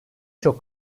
çok